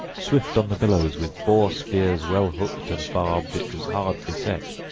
swift on the billows, with boar-spears well hooked and barbed, it was hard beset,